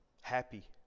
happy